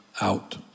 out